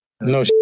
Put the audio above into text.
No